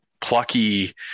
plucky